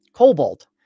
Cobalt